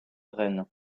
reine